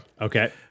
Okay